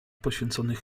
poświęconych